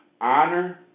Honor